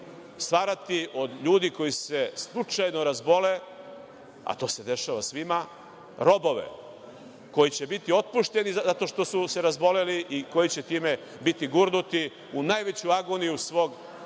stvarati od ljudi koji se slučajno razbole, a to se dešava svima, robove koji će biti otpušteni zato što su se razboleli i koji će time biti gurnuti u najveću agoniju svog